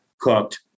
cooked